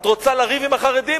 את רוצה לריב עם החרדים?